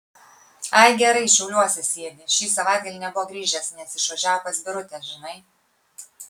ai gerai šiauliuose sėdi šį savaitgalį nebuvo grįžęs nes išvažiavo pas birutę žinai